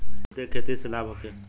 कुलथी के खेती से लाभ होखे?